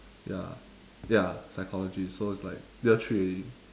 ya ya psychology so it's like year three already